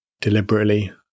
deliberately